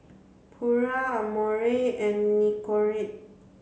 Pura Amore and Nicorette